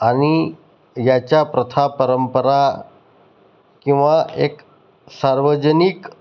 आणि याच्या प्रथा परंपरा किंवा एक सार्वजनिक